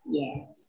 yes